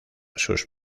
sus